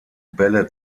bälle